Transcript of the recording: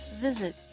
visit